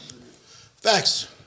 Facts